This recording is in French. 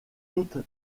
toutes